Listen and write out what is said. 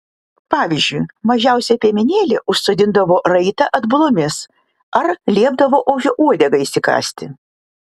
pavyzdžiui mažiausią piemenėlį užsodindavo raitą atbulomis ar liepdavo ožio uodegą įsikąsti